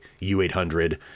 U800